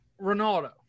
Ronaldo